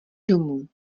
domů